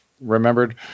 remembered